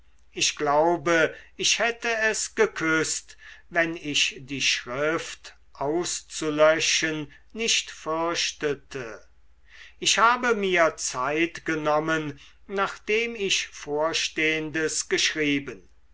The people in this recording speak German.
ich glaube ich hätte es geküßt wenn ich die schrift auszulöschen nicht fürchtete ich habe mir zeit genommen nachdem ich vorstehendes geschrieben